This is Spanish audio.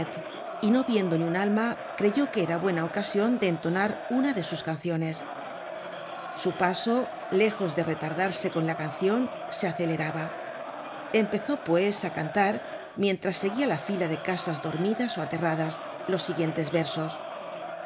y no viendo ni un alma creyó que era buena ocasion de entonar una de sus canciones su paso lejos de retardarse con la cancion se aceleraba empezó pues á cantar mientras seguia la fila de casas dormidas ó aterradas los siguientes versos